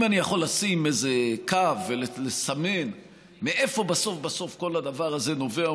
אם אני יכול לשים איזה קו ולסמן מאיפה בסוף בסוף כל הדבר הזה נובע.